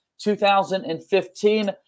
2015